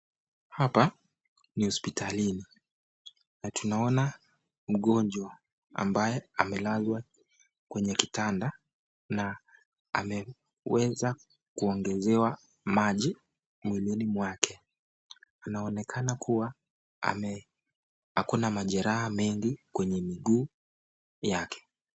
Hapa ni hospitalini na tunaona mgonjwa ambaye amelazwa kwenye kitanda na ameweza kuongezewa maji mwilini mwake. Inaonekana kuwa akona majeraha mengi kwenye miguu yake.